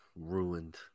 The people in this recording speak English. Ruined